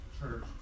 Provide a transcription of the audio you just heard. church